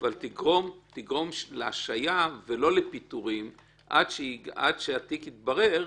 תגרום להשעיה ולא לפיטורים עד שהתיק יתברר.